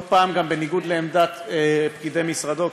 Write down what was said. לא פעם גם בניגוד לעמדת פקידי משרדו,